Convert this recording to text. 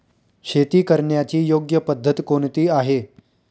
शेती करण्याची योग्य पद्धत कोणती आहे?